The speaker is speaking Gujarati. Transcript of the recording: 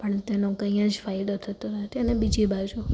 પણ તેનો કંઈ જ ફાયદો થતો નથી અને બીજી બાજુ